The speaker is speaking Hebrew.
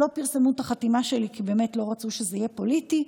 לא פרסמו את החתימה שלי כי לא רצו שזה יהיה פוליטי.